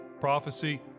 prophecy